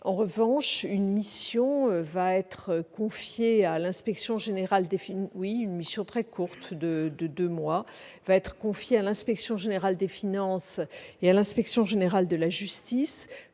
En revanche, une mission de deux mois va être confiée à l'Inspection générale des finances et à l'Inspection générale de la justice,